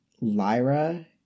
lyra